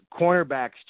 cornerbacks